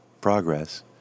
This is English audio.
progress